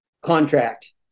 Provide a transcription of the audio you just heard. contract